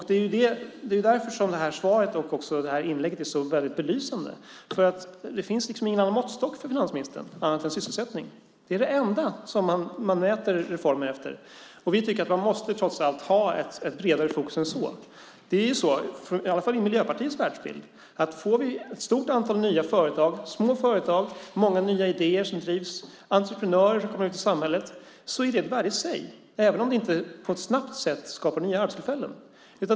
Därför är också ministerns svar och hans senaste inlägg så belysande. Det finns liksom ingen annan måttstock för finansministern än sysselsättningen. Det är det enda som man mäter reformer efter. Vi tycker att man måste ha ett bredare fokus än så. Det är ju så, åtminstone i Miljöpartiets världsbild, att om vi får ett stort antal nya företag - små företag, många nya idéer och entreprenörer i samhället - så har det ett värde i sig, även om vi inte på ett snabbt sätt skapar nya arbetstillfällen.